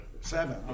Seven